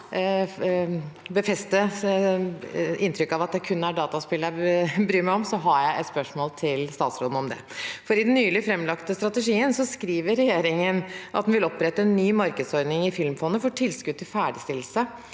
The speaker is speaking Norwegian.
å befeste inntrykket av at det kun er dataspill jeg bryr meg om, har jeg et spørsmål til statsråden om det. I den nylig framlagte strategien skriver regjeringen at den vil opprette en ny markedsordning i Filmfondet for tilskudd til ferdigstillelse